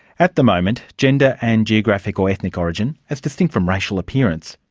at the moment gender and geographic or ethnic origin as distinct from racial appearance,